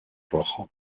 rojo